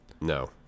No